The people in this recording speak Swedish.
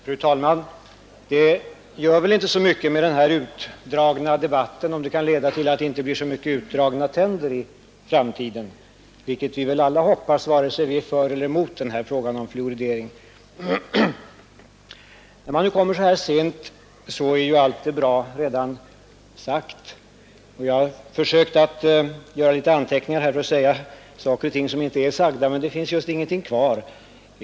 Fru talman! Det gör väl inte så mycket att vi har den här utdragna debatten, om den kan leda till att det inte blir så mycket utdragna tänder i framtiden, vilket vi väl alla hoppas vare sig vi är för eller mot fluoridering. När man kommer in så här sent i debatten, är ju allt som är bra redan sagt. Jag har dock försökt göra litet anteckningar för att säga några saker som kanske inte är sagda.